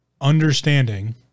understanding